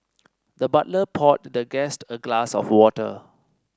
the butler poured the guest a glass of water